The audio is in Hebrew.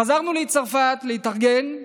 חזרנו לצרפת להתארגן,